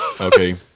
Okay